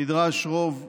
נדרש רוב רגיל,